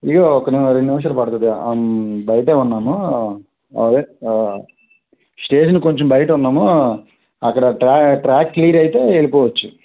ఇదిగో ఒక రెండు నిమిషాలు పడతుంది బయట ఉన్నాను అదే స్టేషన్కి కొంచెం బయట ఉన్నాము అక్కడ ట్రా ట్రాక్ క్లియర్ అయిపోతే వెళ్ళిపోవచ్చు